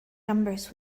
numbers